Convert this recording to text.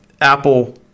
apple